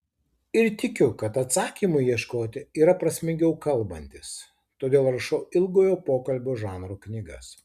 ir tikiu kad atsakymų ieškoti yra prasmingiau kalbantis todėl rašau ilgojo pokalbio žanro knygas